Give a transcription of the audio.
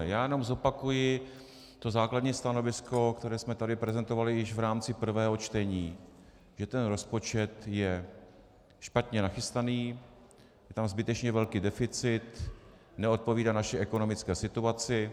Já jenom zopakuji to základní stanovisko, které jsme tady prezentovali již v rámci prvního čtení, že ten rozpočet je špatně nachystaný, je tam zbytečně velký deficit, neodpovídá naší ekonomické situaci.